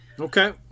Okay